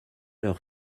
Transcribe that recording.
leur